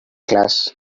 class